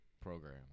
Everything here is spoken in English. program